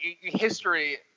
history –